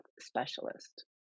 specialist